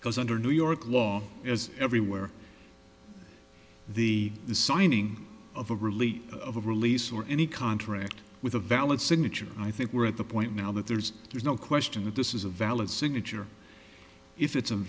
because under new york law is everywhere the the signing of a release of a release or any contract with a valid signature and i think we're at the point now that there's there's no question that this is a valid signature if it's a